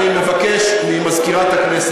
הוא יראה את זה עוד שבועיים, מה קרה?